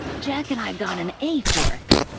jack and i got an a for it.